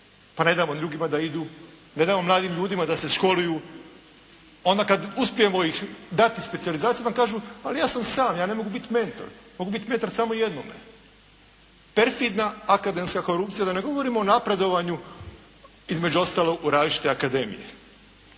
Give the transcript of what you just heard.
5 predamo drugima da idu, nedamo mladim ljudima da se školuju, onda kad uspijemo ih dati specijalizaciju onda nam kažu ali ja sam sam, ja ne mogu biti mentor. Mogu biti mentor samo jednome. Perfidna akademska korupcija, da ne govorimo o napredovanju između ostalog u različite akademije